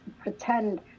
pretend